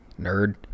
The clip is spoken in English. nerd